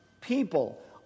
people